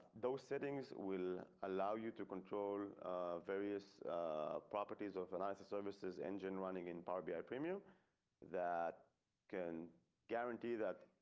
those settings will allow you to control various properties of analysis services engine running in power, bi premium that can guarantee that.